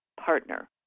partner